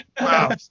Wow